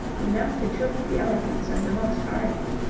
enough to choke the eloquence of the most ardent.